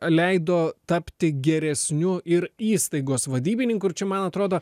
leido tapti geresniu ir įstaigos vadybininku ir čia man atrodo